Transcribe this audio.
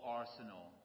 arsenal